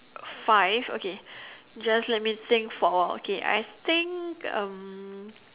five okay just let me think for a while okay I think um